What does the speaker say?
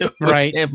Right